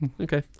Okay